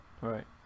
Right